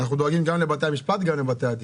אנחנו דואגים גם לבתי המשפט, גם לבתי הדין.